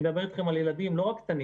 אני מדבר איתכם לא רק על ילדים קטנים,